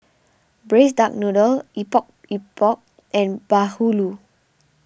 Braised Duck Noodle Epok Epok and Bahulu